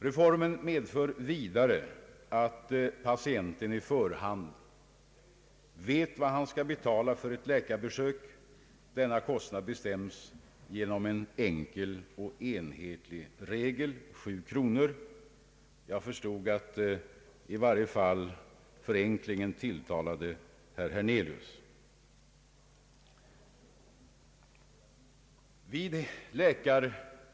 Reformen medför vidare att patienten på förhand vet vad han skall betala för ett läkarbesök. Denna kostnad bestäms genom en enkel och enhetlig regel — 7 kronor. Jag förstod att i varje fall förenklingen tilltalade herr Hernelius.